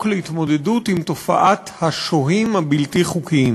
להתמודדות עם תופעת השוהים הבלתי-חוקיים,